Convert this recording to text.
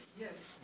Yes